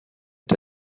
est